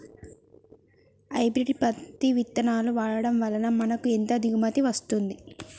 Hybrid పత్తి విత్తనాలు వాడడం వలన మాకు ఎంత దిగుమతి వస్తుంది?